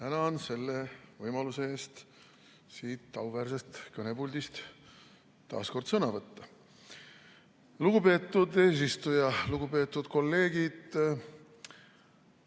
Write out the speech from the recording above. Tänan selle võimaluse eest siit auväärsest kõnepuldist taas kord sõna võtta! Lugupeetud eesistuja! Lugupeetud kolleegid!